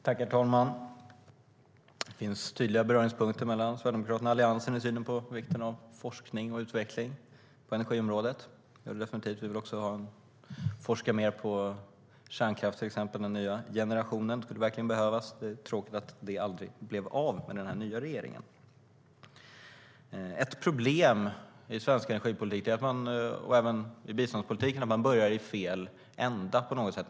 Herr talman! Det finns tydliga beröringspunkter mellan Sverigedemokraterna och Alliansen i synen på vikten av forskning och utveckling på energiområdet. Vi vill också forska mer på den nya generationens kärnkraft, till exempel. Det skulle verkligen behövas, och det är tråkigt att det aldrig blev av med den nya regeringen. Ett problem i svensk energipolitik och även i biståndspolitiken är att man börjar i fel ända.